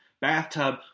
bathtub